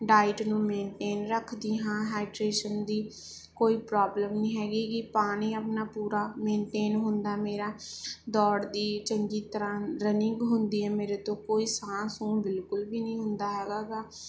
diet ਨੂੰ maintain ਰੱਖਦੀ ਹਾਂ ਹਾਈਡਰੇਸ਼ਨ ਦੀ ਕੋਈ ਪ੍ਰੋਬਲਮ ਨਹੀਂ ਹੈਗੀ ਕਿ ਪਾਣੀ ਆਪਣਾ ਪੂਰਾ ਮੇਨਟੇਨ ਹੁੰਦਾ ਮੇਰਾ ਦੌੜਦੀ ਚੰਗੀ ਤਰ੍ਹਾਂ ਰਨਿੰਗ ਹੁੰਦੀ ਹੈ ਮੇਰੇ ਤੋਂ ਕੋਈ ਸਾਹ ਸੂ ਬਿਲਕੁਲ ਵੀ ਨਹੀਂ ਹੁੰਦਾ ਹੈਗਾ ਗਾ